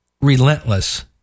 relentless